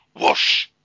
Whoosh